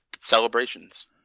celebrations